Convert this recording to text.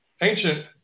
ancient